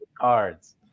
cards